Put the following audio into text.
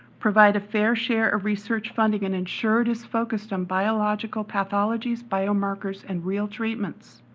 provide a fair share of research funding, and ensure it is focused on biological pathologies, biomarkers, and real treatments.